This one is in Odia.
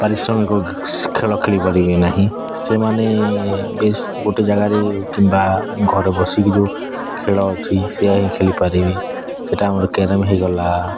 ପାରିଶ୍ରମିକ ଖେଳ ଖେଳିପାରିବେ ନାହିଁ ସେମାନେ ବେଶ୍ ଗୋଟେ ଜାଗାରେ କିମ୍ବା ଘରେ ବସିକି ଯେଉଁ ଖେଳ ଅଛି ସେୟା ହିଁ ଖେଳିପାରିବେ ସେଟା ଆମର କ୍ୟାରମ୍ ହୋଇଗଲା